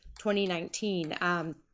2019